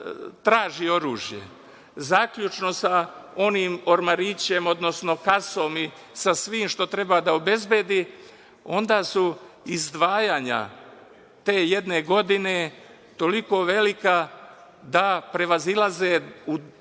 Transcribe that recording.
traži oružje, zaključno sa onim ormarićem, kasom i svim što treba da obezbedi, onda su izdvajanja te jedne godine toliko velika da prevazilaze u